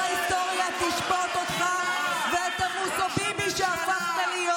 ההיסטוריה תשפוט אותך ואת המוסוביבי שהפכת להיות.